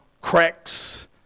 cracks